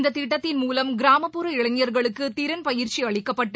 இந்ததிட்டத்தின் மூலம் கிராமப்புற இளைஞர்களுக்குதிறன் பயிற்சிஅளிக்கப்பட்டு